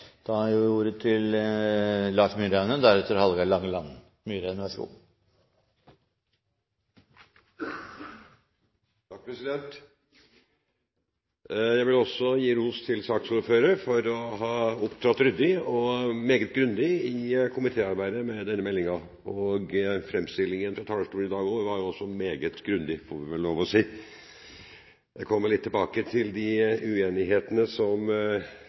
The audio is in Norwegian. Jeg vil også gi ros til saksordføreren for å ha opptrådt ryddig og meget grundig i komitéarbeidet i forbindelse med denne meldingen. Framstillingen på talerstolen i dag var jo også meget grundig, må jeg få lov til å si. Jeg vil komme litt tilbake til de uenighetene som